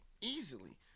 easily